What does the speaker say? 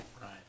Right